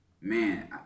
man